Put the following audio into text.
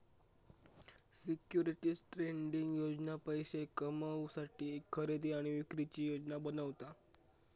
securities trading योजना पैशे कमवुसाठी खरेदी आणि विक्रीची योजना बनवता